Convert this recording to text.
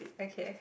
okay